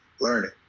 learning